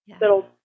little